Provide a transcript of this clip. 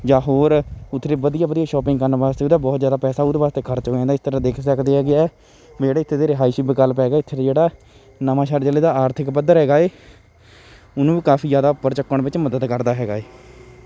ਜਾਂ ਹੋਰ ਉੱਥੇ ਦੇ ਵਧੀਆ ਵਧੀਆ ਸ਼ੋਪਿੰਗ ਕਰਨ ਵਾਸਤੇ ਉਹਦਾ ਬਹੁਤ ਜ਼ਿਆਦਾ ਪੈਸਾ ਉਹਦੇ ਵਾਸਤੇ ਖਰਚ ਹੋ ਜਾਂਦਾ ਇਸ ਤਰ੍ਹਾਂ ਦੇਖ ਸਕਦੇ ਹੈਗੇ ਹੈ ਜਿਹੜੇ ਇੱਥੇ ਦੇ ਰਿਹਾਇਸ਼ੀ ਵਿਕਲਪ ਹੈਗੇ ਹੈ ਇੱਥੇ ਦਾ ਜਿਹੜਾ ਨਵਾਂਸ਼ਹਿਰ ਜਿਲ੍ਹੇ ਦਾ ਆਰਥਿਕ ਪੱਧਰ ਹੈਗਾ ਹੈ ਉਹਨੂੰ ਵੀ ਕਾਫੀ ਜ਼ਿਆਦਾ ਉੱਪਰ ਚੱਕਣ ਵਿੱਚ ਮਦਦ ਕਰਦਾ ਹੈਗਾ ਹੈ